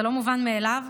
זה לא מובן מאליו.